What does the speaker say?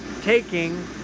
taking